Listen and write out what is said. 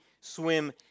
swim